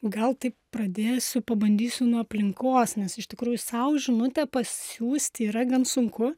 gal taip pradėsiu pabandysiu nuo aplinkos nes iš tikrųjų sau žinutę pasiųsti yra gan sunku